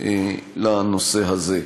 לנושא הזה.